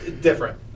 different